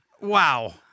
Wow